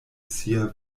sia